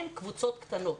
אין קבוצות קטנות.